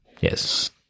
Yes